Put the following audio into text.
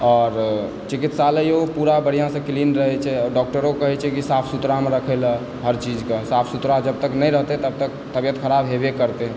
आओर चिकित्सालयो पूरा बढ़िआँसे क्लीन रहैत छै आओर डॉक्टरो कहैत छै कि साफ सुथड़ामे रखयला हर चीजकेँ साफ सुथड़ा जब तक नहि रहतय तब तक तबियत खराब हेबय करतय